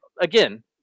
again